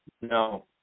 No